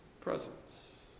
presence